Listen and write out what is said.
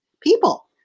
people